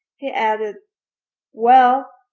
he added well,